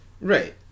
Right